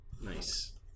Nice